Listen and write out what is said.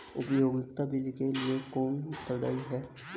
उपयोगिता बिलों के लिए कौन उत्तरदायी है?